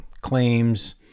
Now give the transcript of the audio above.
claims